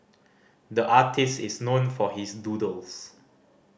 the artist is known for his doodles